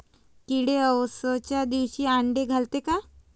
किडे अवसच्या दिवशी आंडे घालते का?